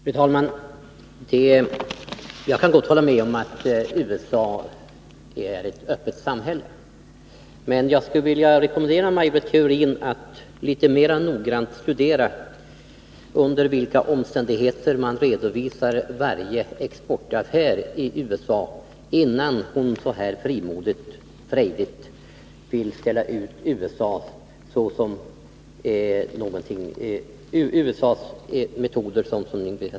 Fru talman! Jag kan gott hålla med om att USA är ett öppet samhälle, men jag skulle vilja rekommendera Maj Britt Theorin att litet mer noggrant studera under vilka omständigheter man redovisar varje exportaffär i USA, innan hon så här frimodigt och frejdigt ställer ut USA:s metoder som någonting att sträva efter.